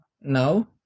No